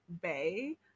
Bay